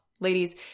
Ladies